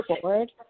forward